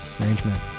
arrangement